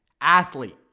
Athlete